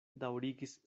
daŭrigis